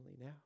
now